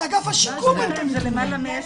לאגף השיקום אין את הנתונים.